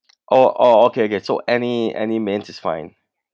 oh oh okay okay so any any mains is fine